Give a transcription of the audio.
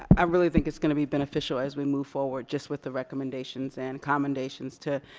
i really think it's going to be beneficial as we move forward just with the recommendations and commendations to